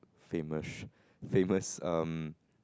famous famous um